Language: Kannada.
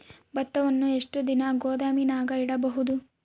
ಭತ್ತವನ್ನು ಎಷ್ಟು ದಿನ ಗೋದಾಮಿನಾಗ ಇಡಬಹುದು?